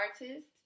artist